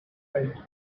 tried